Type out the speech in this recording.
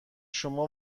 شما